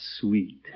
sweet